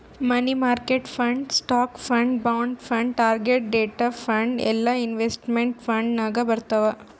money market fund, stock fund, bond fund, target date fund ಎಲ್ಲಾ investment fund ನಾಗ್ ಬರ್ತಾವ್